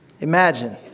Imagine